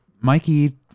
Mikey